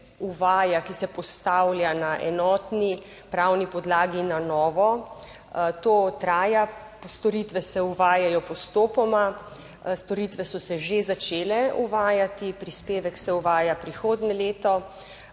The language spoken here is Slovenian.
ki se postavlja na enotni pravni podlagi, na novo. To traja, storitve se uvajajo postopoma, storitve so se že začele uvajati, prispevek se uvaja prihodnje leto,